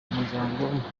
umuryango